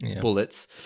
bullets